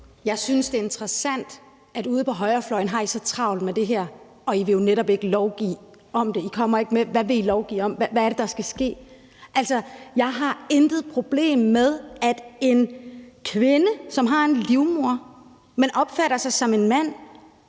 synes, det er interessant, at I ude på højrefløjen har så travlt med det her, og at I jo netop ikke vil lovgive om det, at I ikke kommer med det, I vil lovgive om, og hvad det er, der skal ske. Altså, jeg har intet problem med, at en kvinde, som har en livmoder, opfatter sig som en mand,